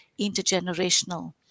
intergenerational